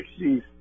60s